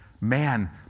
Man